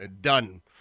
done